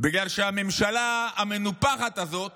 בגלל שלממשלה המנופחת הזאת